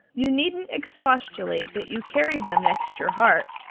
you needn't expostulate that you carry them next your heart,